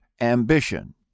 ambition